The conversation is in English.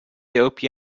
dope